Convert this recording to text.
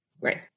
Right